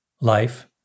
life